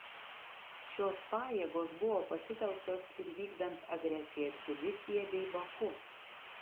šios pajėgos buvo pasitelktos ir vykdant agresiją tbilisyje bei baku